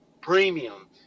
premium